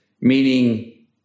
Meaning